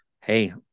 Hey